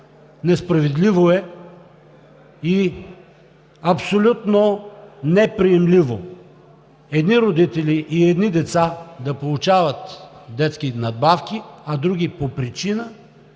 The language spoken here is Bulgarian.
несправедливо е и абсолютно неприемливо е едни родители и едни деца да получават детски надбавки, а други – по причина,